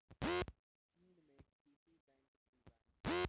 चीन में कृषि बैंक भी बा